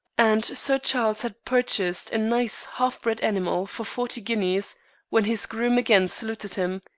and sir charles had purchased a nice half-bred animal for forty guineas when his groom again saluted him.